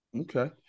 Okay